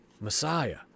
Messiah